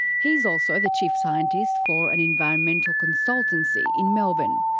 he's also the chief scientist for an environmental consultancy in melbourne.